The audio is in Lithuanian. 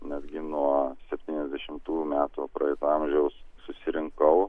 netgi nuo septyniasdešimtųjų metų praeito amžiaus susirinkau